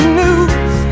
news